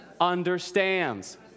understands